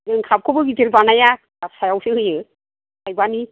जों काप खौबो गिदिर बानाया फिसा फिसायावसो होयो थाइबानि